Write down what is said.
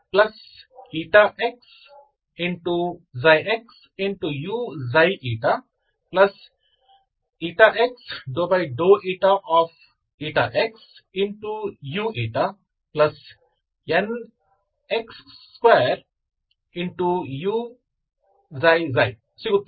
ಆದ್ದರಿಂದ ಈಗ ηxxu x ξxuξη ηxxu x2uηη ಸಿಗುತ್ತದೆ